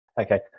Okay